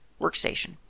workstation